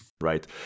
Right